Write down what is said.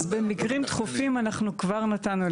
אז במקרים דחופים אנחנו כבר נתנו,